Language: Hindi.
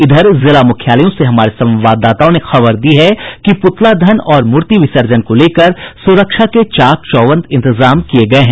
इधर जिला मुख्यालयों से हमारे संवाददाताओं ने खबर दी है कि पुतला दहन और मूर्ति विसर्जन को लेकर सुरक्षा के चाक चौबंद इंतजाम किये गये हैं